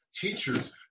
Teacher's